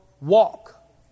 walk